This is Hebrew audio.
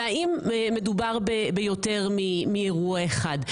והאם מדובר ביותר מאירוע אחד?